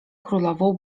królową